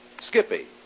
Skippy